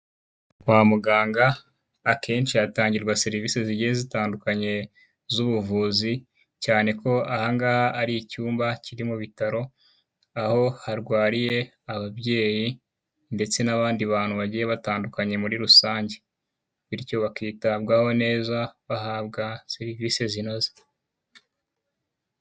Kwa muganga akenshi hatangirwa serivise zigiye zitandukanye, z'ubuvuzi cyane ko aha ngaha ari icyumba kiri mu bitaro, aho harwariye ababyeyi, ndetse n'abandi bagiye batandukanye muri rusange, bityo bakitabwaho neza bahabwa serivise zinoze.